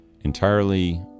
entirely